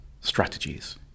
strategies